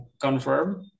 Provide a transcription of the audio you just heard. confirm